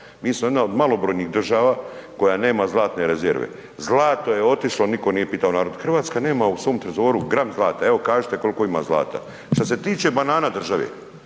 Mi smo jedna od malobrojnih država koja nema zlatne rezerve, zlato je otišlo, niko nije pitao narod, RH nema u svom trezoru gram zlata, evo kažite kolko ima zlata? Šta se tiče banana države,